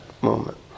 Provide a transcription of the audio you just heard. moment